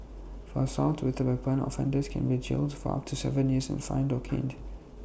for assault with A weapon offenders can be jailed for up to Seven years and fined or caned